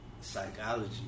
psychology